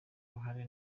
uruhare